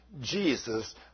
Jesus